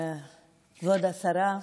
וכבוד השרה.